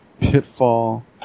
Pitfall